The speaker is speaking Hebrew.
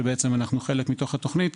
אנחנו חלק מתוך התכנית,